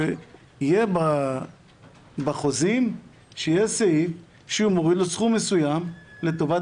שיהיה בחוזים סעיף שמוריד לו סכום מסוים לטובת